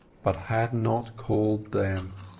but had not called them.